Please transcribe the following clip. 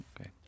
Okay